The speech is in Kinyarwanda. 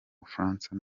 bufaransa